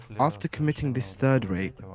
after committing this third rape